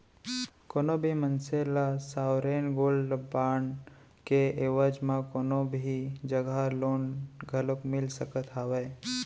कोनो भी मनसे ल सॉवरेन गोल्ड बांड के एवज म कोनो भी जघा लोन घलोक मिल सकत हावय